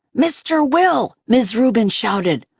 mr will! ms. rubin shouted.